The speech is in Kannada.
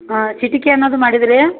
ಹಾಂ ಸಿ ಟಿ ಕ್ಯಾನ್ ಅದು ಮಾಡಿದ ರೀ